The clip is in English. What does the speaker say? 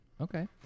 Okay